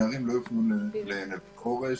נערים לא יופנו ל"נווה חורש",